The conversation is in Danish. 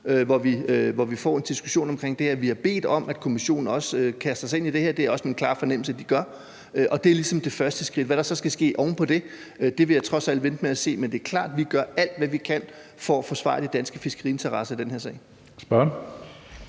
hvor vi får en diskussion om det her. Og vi har også bedt om, at Kommissionen kaster sig ind i det her, og det er det også min klare fornemmelse at de gør, og det er ligesom det første skridt. Hvad der så skal ske oven på det, vil jeg trods alt vente med at se. Men det er klart, at vi gør alt, hvad vi kan, for at forsvare de danske fiskeriinteresser i den her sag.